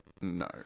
no